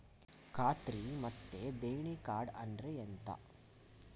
ಖಾತ್ರಿ ಮತ್ತೆ ದೇಣಿ ಕಾರ್ಡ್ ಅಂದ್ರೆ ಎಂತ?